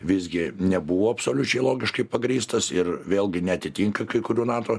visgi nebuvo absoliučiai logiškai pagrįstas ir vėlgi neatitinka kai kurių nato